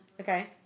Okay